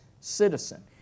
citizen